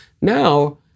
now